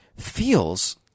feels